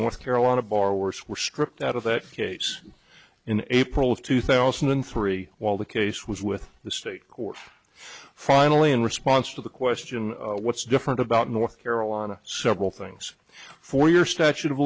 north carolina bar works were stripped out of that case in april of two thousand and three while the case was with the state court finally in response to the question what's different about north carolina several things for your statute of